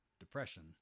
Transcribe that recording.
depression